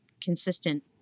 consistent